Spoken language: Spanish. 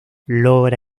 logra